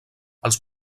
els